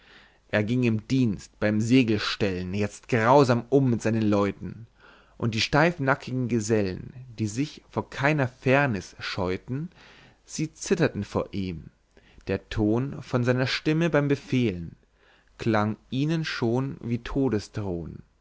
er ging im dienst beim segelstelln jetzt grausam um mit seinen leuten und die steifnackigen geselln die sich vor keiner fährniß scheuten sie zitterten vor ihm der ton von seiner stimme beim befehlen klang ihnen schon wie